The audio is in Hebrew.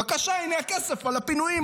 בבקשה, הינה הכסף על הפינויים.